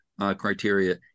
criteria